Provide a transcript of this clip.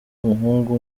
umuhungu